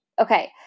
Okay